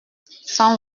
sans